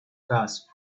gas